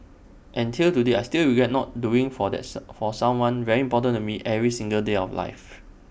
and till today I still regret not doing for this for someone very important to me every single day of life